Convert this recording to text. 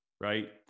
right